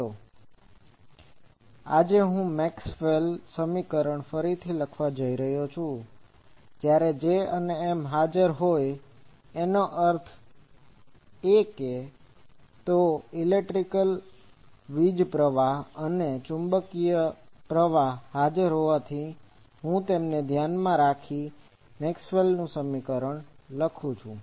તો આજે હું મેક્સવેલનું સમીકરણ ફરીથી લખવા જઇ રહ્યો છું જયારે J અને M હાજર હોયએનો અર્થ એ કેતો ઇલેક્ટ્રિકelectricવીજળી સંચાલિત પ્રવાહ અને ચુંબકીય પ્રવાહ હાજર હોવાથી હું તેમને ધ્યાનમાં રાખી મેક્સવેલનું સમીકરણ લખી શકું છું